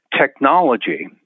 technology